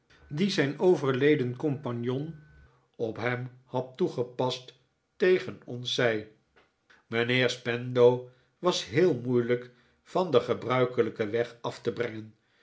die zijn overleden compagnon op hem had toegepast teger ons zei mijnheer spenlow was heel moeilijk van den gebruikelijken weg af te brengen